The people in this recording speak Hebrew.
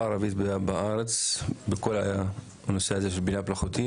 הערבית בארץ בכל הנושא של בינה מלאכותית,